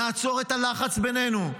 נעצור את הלחץ בינינו,